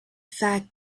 fact